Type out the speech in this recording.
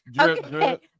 Okay